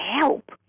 help